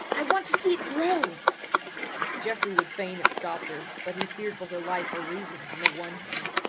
i want to see it grow geoffrey would fain have stopped her, but he feared for her life or reason on the one hand,